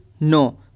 no